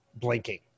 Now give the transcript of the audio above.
blinking